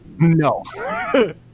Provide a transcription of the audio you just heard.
No